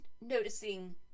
noticing